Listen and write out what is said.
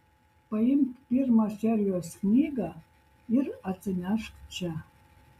paimk pirmą serijos knygą ir atsinešk čia